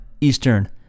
Eastern